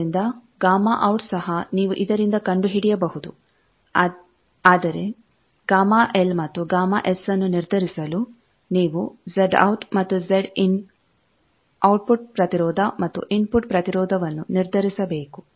ಆದ್ದರಿಂದ Γout ಸಹ ನೀವು ಇದರಿಂದ ಕಂಡುಹಿಡಿಯಬಹುದು ಆದರೆ Γ L ಮತ್ತು ΓS ನ್ನು ನಿರ್ಧರಿಸಲು ನೀವು Zout ಮತ್ತು Z¿ ಔಟ್ಪುಟ್ ಪ್ರತಿರೋಧ ಮತ್ತು ಇನ್ಫುಟ್ ಪ್ರತಿರೋಧವನ್ನು ನಿರ್ಧರಿಸಬೇಕು